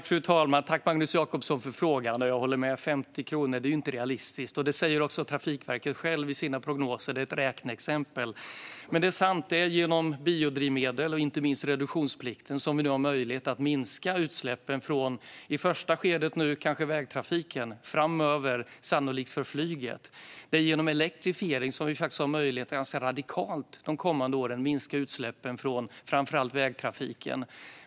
Fru talman! Tack, Magnus Jacobsson, för frågan! Jag håller med om att 50 kronor inte är realistiskt. Även Trafikverket säger i sina prognoser att detta är ett räkneexempel. Men det är sant att det är genom biodrivmedel och inte minst reduk-tionsplikten som vi har möjlighet att minska utsläppen från i första skedet kanske vägtrafiken. Framöver blir det sannolikt från flyget. Det är genom elektrifiering som vi de kommande åren har möjlighet att radikalt minska utsläppen från framför allt vägtrafiken.